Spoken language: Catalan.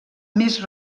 més